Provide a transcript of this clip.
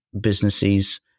businesses